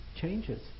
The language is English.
changes